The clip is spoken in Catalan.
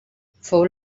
fou